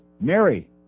Mary